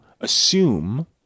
assume